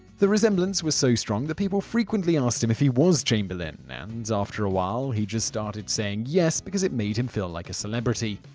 the resemblance was so strong that people frequently and asked him if he was chamberlain, and after a while he just started saying yes because it made him feel like a celebrity.